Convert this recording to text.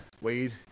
Wade